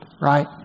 right